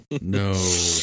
no